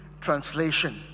Translation